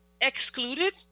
excluded